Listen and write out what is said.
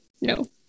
No